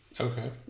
Okay